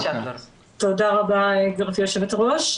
תודה רבה גבירתי היו"ר.